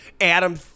Adam